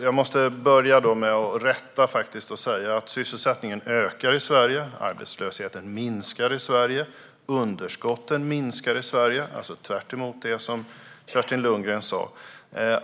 Jag måste börja med att rätta Kerstin Lundgren och säga att sysselsättningen faktiskt ökar i Sverige. Arbetslösheten minskar och underskotten minskar, alltså tvärtemot det Kerstin Lundgren sa.